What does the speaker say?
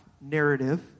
narrative